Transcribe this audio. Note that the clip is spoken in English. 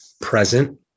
present